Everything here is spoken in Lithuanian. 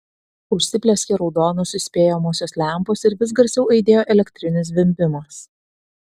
užsiplieskė raudonos įspėjamosios lempos ir vis garsiau aidėjo elektrinis zvimbimas